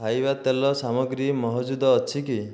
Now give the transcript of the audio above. ଖାଇବା ତେଲ ସାମଗ୍ରୀ ମହଜୁଦ ଅଛି କି